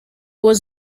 was